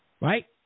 right